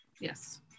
Yes